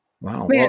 Wow